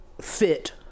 Fit